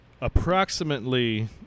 Approximately